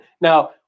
now